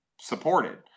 supported